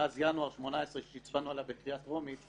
מאז ינואר 2018 כשהצבענו עליה בקריאה טרומית.